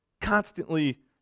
Constantly